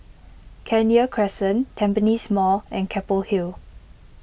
Kenya Crescent Tampines Mall and Keppel Hill